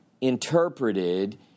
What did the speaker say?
interpreted